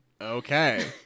Okay